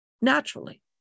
naturally